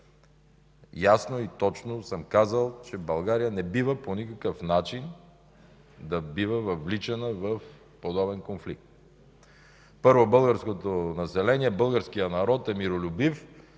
ясно и точно съм казал, че България по никакъв начин не бива да бъде въвличана в подобен конфликт. Първо, българското население, българският народ е миролюбив